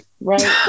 right